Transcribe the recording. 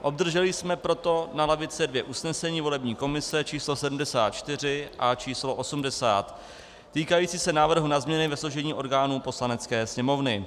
Obdrželi jsme proto na lavice dvě usnesení volební komise číslo 74 a číslo 80, týkající se návrhu na změny ve složení orgánů Poslanecké sněmovny.